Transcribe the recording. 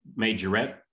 majorette